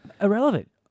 Irrelevant